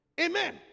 Amen